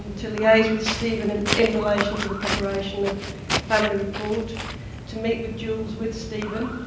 and to liaise with steven in in relation to the preparation of a family report to meet with jules with steven,